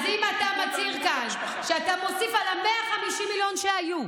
אז אם אתה מצהיר כאן שאתה מוסיף על ה-150 מיליון שהיו,